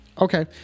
Okay